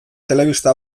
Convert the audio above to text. telebista